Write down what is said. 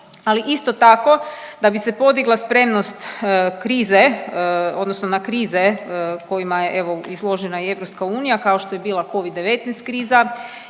ali isto tako da bi se podigla spremnost krize odnosno na krize kojima je evo izložena i EU, kao što je bila covid-19 kriza